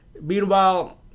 Meanwhile